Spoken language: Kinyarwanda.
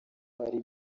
hari